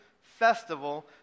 festival